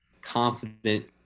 confident